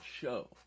show